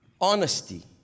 honesty